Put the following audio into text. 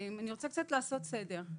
אני רוצה לעשות קצת סדר.